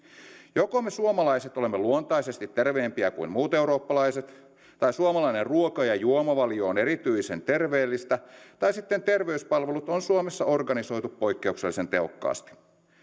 joko me suomalaiset olemme luontaisesti terveempiä kuin muut eurooppalaiset tai suomalainen ruoka ja juomavalio on erityisen terveellistä tai sitten terveyspalvelut on suomessa organisoitu poikkeuksellisen tehokkaasti